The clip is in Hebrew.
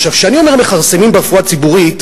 כשאני אומר מכרסמים ברפואה הציבורית,